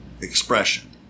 expression